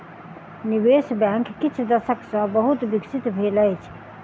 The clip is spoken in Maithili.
निवेश बैंक किछ दशक सॅ बहुत विकसित भेल अछि